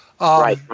Right